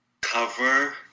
cover